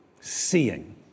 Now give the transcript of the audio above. seeing